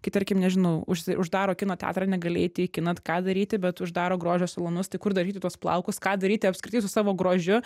kai tarkim nežinau užsi uždaro kino teatrą negali eiti į kiną ką daryti bet uždaro grožio salonus tai kur dažyti tuos plaukus ką daryti apskritai su savo grožiu